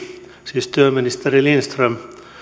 siis työministeri lindström